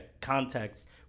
context